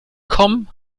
kommen